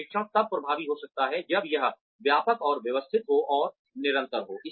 प्रशिक्षण तभी प्रभावी हो सकता है जब यह व्यापक और व्यवस्थित हो और निरंतर हो